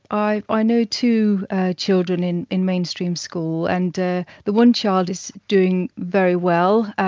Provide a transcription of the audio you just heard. i i know two children in in mainstream school and the one child is doing very well,